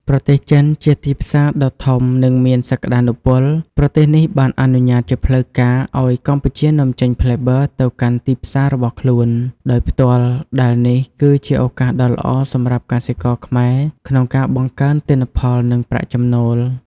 ប្រទេសចិន ជាទីផ្សារដ៏ធំនិងមានសក្ដានុពល ប្រទេសនេះបានអនុញ្ញាតជាផ្លូវការឲ្យកម្ពុជានាំចេញផ្លែបឺរទៅកាន់ទីផ្សាររបស់ខ្លួន ដោយផ្ទាល់ ដែលនេះគឺជាឱកាសដ៏ល្អសម្រាប់កសិករខ្មែរក្នុងការបង្កើនទិន្នផល និងប្រាក់ចំណូល។